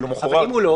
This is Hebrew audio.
אם הוא לא?